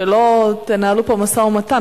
שלא תנהלו פה משא-ומתן,